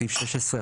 בסעיף 16,